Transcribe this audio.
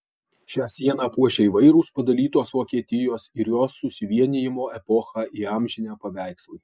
šią sieną puošia įvairūs padalytos vokietijos ir jos susivienijimo epochą įamžinę paveikslai